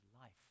life